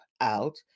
out